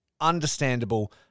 Understandable